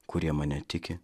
kurie mane tiki